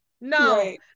No